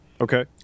Okay